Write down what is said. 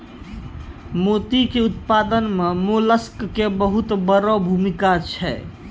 मोती के उपत्पादन मॅ मोलस्क के बहुत वड़ो भूमिका छै